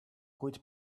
quit